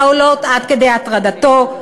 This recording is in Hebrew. העולות עד כדי הטרדתו,